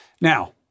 Now